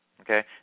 Okay